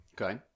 Okay